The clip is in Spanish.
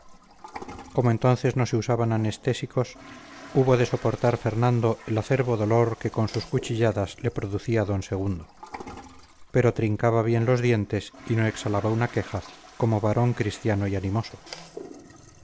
como entonces no se usaban anestésicos hubo de soportar fernando el acerbo dolor que con sus cuchilladas le producía d segundo pero trincaba bien los dientes y no exhalaba una queja como varón cristiano y animoso